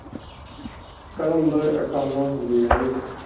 ꯀꯔꯝꯕ ꯑꯦꯀꯥꯎꯟꯅꯣ ꯍꯥꯡꯕꯤꯒꯦ ꯍꯥꯏꯔꯤꯁꯦ